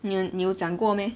你有你有讲过 meh